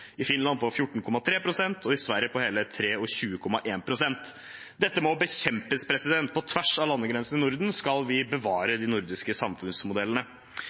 og i Sverige på hele 23,1 pst. Dette må bekjempes. På tvers av landegrensene i Norden skal vi bevare de nordiske samfunnsmodellene.